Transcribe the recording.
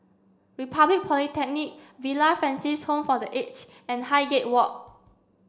Republic Polytechnic Villa Francis Home for the Aged and Highgate Walk